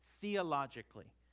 theologically